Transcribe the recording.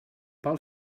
pel